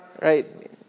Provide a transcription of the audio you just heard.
right